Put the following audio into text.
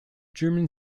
german